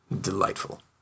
Delightful